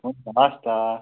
हुन्छ हवस् त